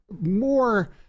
more